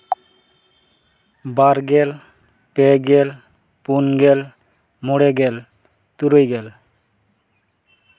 ᱵᱟᱨ ᱜᱮᱞ ᱯᱮ ᱜᱮᱞ ᱯᱩᱱ ᱜᱮᱞ ᱢᱚᱬᱮ ᱜᱮᱞ ᱛᱩᱨᱩᱭ ᱜᱮᱞ